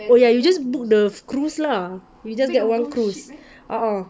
oh ya you just book the cruise lah you just get one cruise uh uh